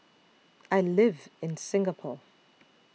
I live in Singapore